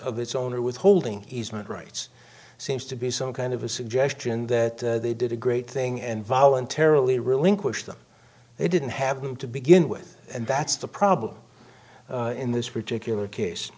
of its owner withholding easement rights seems to be some kind of a suggestion that they did a great thing and voluntarily relinquish them they didn't have them to begin with and that's the problem in this particular case